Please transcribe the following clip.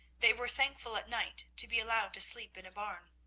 they were thankful at night to be allowed to sleep in a barn.